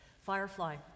Firefly